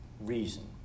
Reason